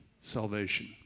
salvation